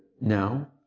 now